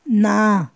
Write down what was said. ਨਾ